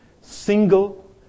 single